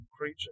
creature